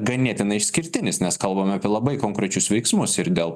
ganėtinai išskirtinis nes kalbame apie labai konkrečius veiksmus ir dėl